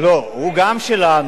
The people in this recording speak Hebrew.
ליכוד, לא, הוא גם שלנו,